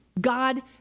God